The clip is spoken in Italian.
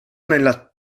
nella